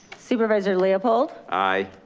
supervisor leopold. aye.